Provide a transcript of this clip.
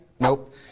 nope